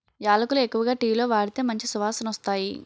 యాలకులు ఎక్కువగా టీలో వాడితే మంచి సువాసనొస్తాయి